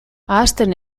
ahazten